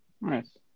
nice